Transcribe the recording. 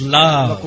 love